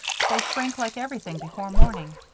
but they shrank like everything before morning.